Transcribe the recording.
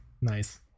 Nice